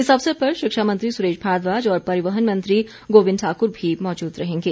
इस अवसर पर शिक्षा मंत्री सुरेश भारद्वाज और परिवहन मंत्री गोविंद ठाकुर भी मौजूद रहेंगे